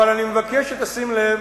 אבל אני מבקש שתשים לב,